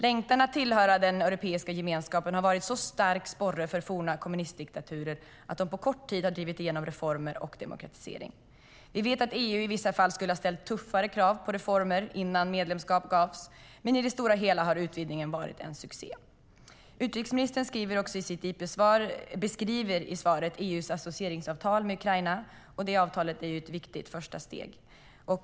Längtan att tillhöra den europeiska gemenskapen har varit en så stark sporre för forna kommunistdiktaturer att de på kort tid har drivit igenom reformer och demokratisering. Vi vet att EU i vissa fall skulle ha ställt tuffare krav på reformer innan medlemskap gavs, men i det stora hela har utvidgningen varit en succé. Utrikesministern beskriver i svaret EU:s associeringsavtal med Ukraina, och det avtalet är ett viktigt första steg.